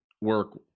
work